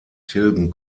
tilgen